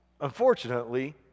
unfortunately